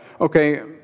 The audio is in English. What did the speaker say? okay